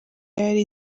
yari